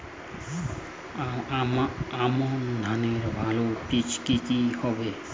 আমান ধানের ভালো বীজ কি কি হবে?